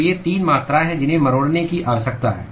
तो ये 3 मात्राएँ हैं जिन्हें मरोड़ने की आवश्यकता है